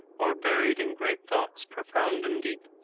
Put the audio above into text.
or buried in great thoughts profound and deep.